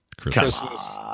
Christmas